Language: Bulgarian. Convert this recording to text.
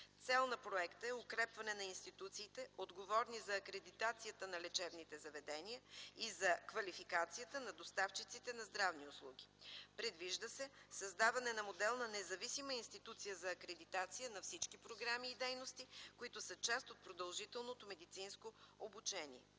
Целта на проекта е укрепване на институциите, отговорни за акредитацията на лечебните заведения, и за квалификацията на доставчиците на здравни услуги. Предвижда се създаването на модел на независима институция за акредитация на всички програми и дейности, които са част от продължителното медицинско обучение.